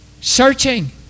searching